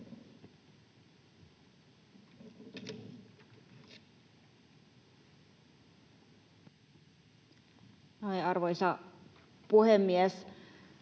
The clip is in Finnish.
Arvoisa puhemies!